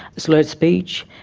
slurred speech,